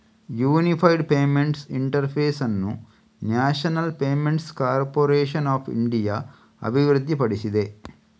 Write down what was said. unified Payments Interface ಅನ್ನು National Payments Corporation of India ಅಭಿವೃದ್ಧಿಪಡಿಸಿದೆ